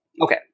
Okay